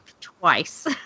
twice